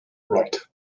right